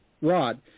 rod